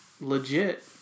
legit